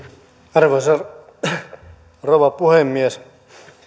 arvoisa rouva puhemies